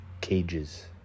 cages